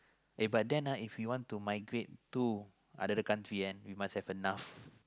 uh but then uh if we want to migrate to another country uh we must have enough